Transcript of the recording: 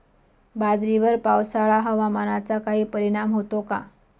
बाजरीवर पावसाळा हवामानाचा काही परिणाम होतो का?